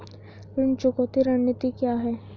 ऋण चुकौती रणनीति क्या है?